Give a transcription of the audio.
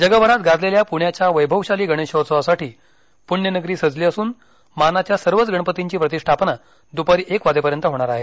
जगभरात गाजलेल्या प्ण्याच्या वैभवशाली गणेशोत्सवासाठी प्ण्यनगरी सजली असून मानाच्या सर्वच गणपतींची प्रतिष्ठापना दुपारी एक वाजेपर्यंत होणार आहे